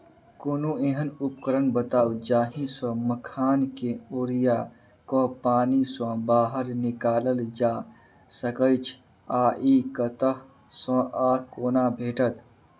कोनों एहन उपकरण बताऊ जाहि सऽ मखान केँ ओरिया कऽ पानि सऽ बाहर निकालल जा सकैच्छ आ इ कतह सऽ आ कोना भेटत?